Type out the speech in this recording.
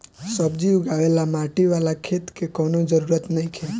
सब्जी उगावे ला माटी वाला खेत के कवनो जरूरत नइखे